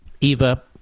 Eva